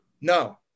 No